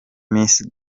miss